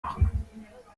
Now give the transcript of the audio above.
machen